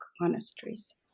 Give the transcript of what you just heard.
monasteries